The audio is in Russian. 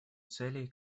целей